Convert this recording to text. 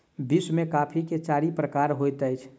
विश्व में कॉफ़ी के चारि प्रकार होइत अछि